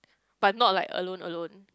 but not like alone alone